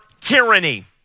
tyranny